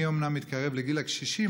אני אמנם מתקרב לגיל הקשישים,